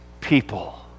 people